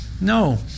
No